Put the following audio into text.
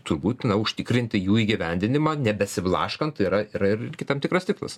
tur būtina užtikrinti jų įgyvendinimą nebesiblaškant tai yra tai yra tam kitam tikras tipas